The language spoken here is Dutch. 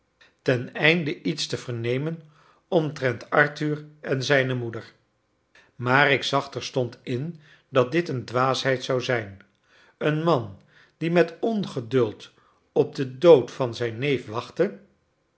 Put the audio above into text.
teneinde iets te vernemen omtrent arthur en zijne moeder maar ik zag terstond in dat dit een dwaasheid zou zijn een man die met ongeduld op den dood van zijn neef wachtte